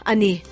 Ani